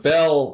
Bell